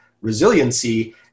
resiliency